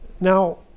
Now